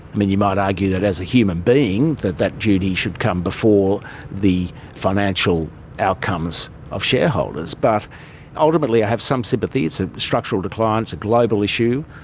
you might argue that as a human being that that duty should come before the financial outcomes of shareholders, but ultimately i have some sympathy. it's a structural decline, it's a global issue,